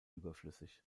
überflüssig